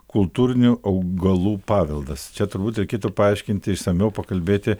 kultūrinių augalų paveldas čia turbūt reikėtų paaiškinti išsamiau pakalbėti